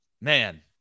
man